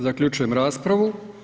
Zaključujem raspravu.